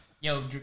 Yo